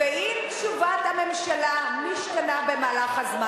ואם תשובת הממשלה משתנה במהלך הזמן?